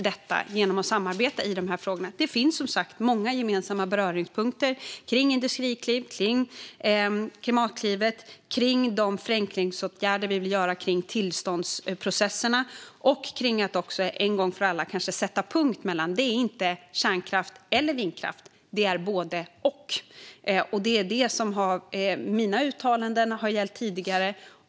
Det finns som sagt många gemensamma beröringspunkter kring Industriklivet, kring Klimatklivet och kring de förenklingsåtgärder som vi vill göra angående tillståndsprocesserna. Kanske kan vi också en gång för alla sätta punkt i frågan om kärnkraft eller vindkraft - det är både och, och det är det som mina uttalanden har gällt tidigare.